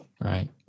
right